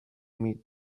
meet